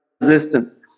resistance